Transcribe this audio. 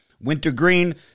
wintergreen